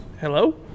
Hello